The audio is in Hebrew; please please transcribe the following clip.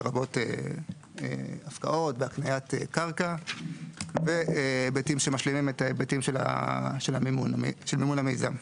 לרבות הפקעות והקניית קרקע והיבטים שמשלימים את ההיבטים של מימון המיזם.